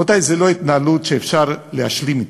רבותי, זו לא התנהלות שאפשר להשלים אתה.